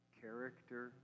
character